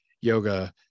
yoga